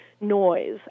noise